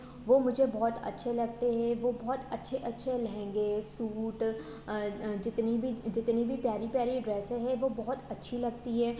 वह मुझे बहुत अच्छे लगते हैं वह बहुत अच्छे अच्छे लहंगे सूट जितनी भी जितनी भी प्यारी प्यारी ड्रेसे हैं वह बहुत अच्छी लगती हैं